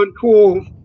cool